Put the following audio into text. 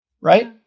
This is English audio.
Right